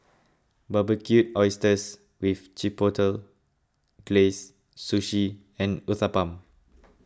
Barbecued Oysters with Chipotle Glaze Sushi and Uthapam